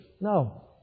No